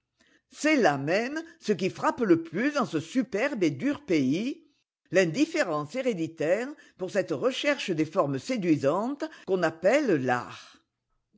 c'est là même ce qui frappe le plus en ce superbe et dur pays l'indifférence héréditaire pour cette recherche des formes séduisantes qu'on appelle l'art